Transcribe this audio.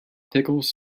pickles